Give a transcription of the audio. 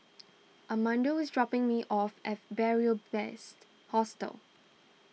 Armando is dropping me off at Beary Best Hostel